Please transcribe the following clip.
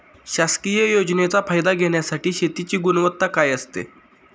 शासकीय योजनेचा फायदा घेण्यासाठी शेतीची गुणवत्ता काय असते?